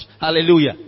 Hallelujah